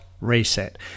reset